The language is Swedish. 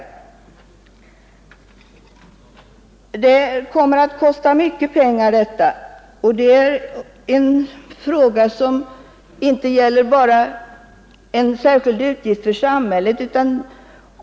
Det som man här föreslår kommer att kosta mycket pengar, och det är inte bara fråga om en utgift för samhället.